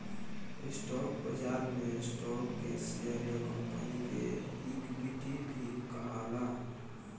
stock बाजार में stock के शेयर या कंपनी के इक्विटी भी कहाला